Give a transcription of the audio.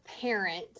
parent